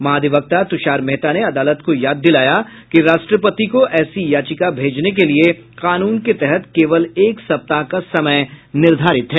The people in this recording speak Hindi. महाधिवक्ता तूषार मेहता ने अदालत को याद दिलाया कि राष्ट्रपति को ऐसी याचिका भेजने के लिए कानून के तहत केवल एक सप्ताह का समय निर्धारित है